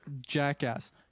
jackass